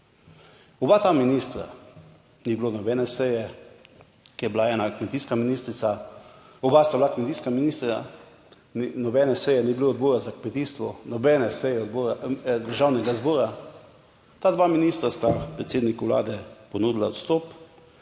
Oba ta ministra, ni bilo nobene seje, ki je bila ena kmetijska ministrica, oba sta bila kmetijska ministra, nobene seje ni bilo Odbora za kmetijstvo, nobene seje Državnega zbora, ta dva ministra sta predsedniku Vlade ponudila odstop,